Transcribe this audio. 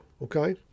Okay